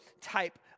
type